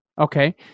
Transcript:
okay